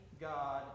God